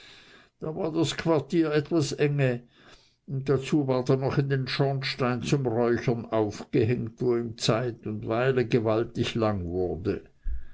da war das quartier etwas enge und dazu ward er noch in den schornstein zum räuchern aufgehängt wo ihm zeit und weile gewaltig lang wurde